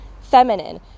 feminine